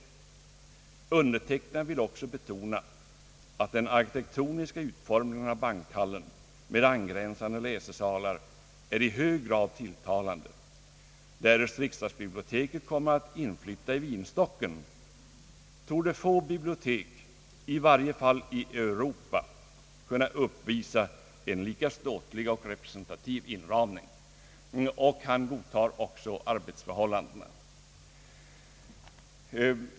Undertecknad vill också betona, att den arkitektoniska utformningen av bankhallen med angränsande läsesalar är i hög grad tilltalande. Därest riksdagsbiblioteket kommer att inflytta i Vinstocken, torde få bibliotek, i varje fall i Europa, kunna uppvisa en lika ståtlig och representativ inramning.» Han godtar också arbetsförhållandena.